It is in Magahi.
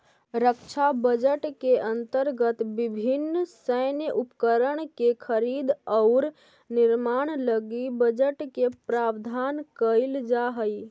रक्षा बजट के अंतर्गत विभिन्न सैन्य उपकरण के खरीद औउर निर्माण लगी बजट के प्रावधान कईल जाऽ हई